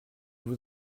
vous